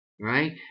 Right